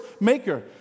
maker